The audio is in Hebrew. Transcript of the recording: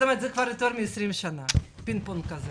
זה כבר יותר מ-20 שנה פינג פונג כזה.